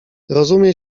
rozumie